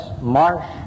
Marsh